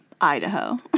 Idaho